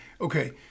okay